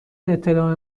اطلاع